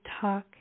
talk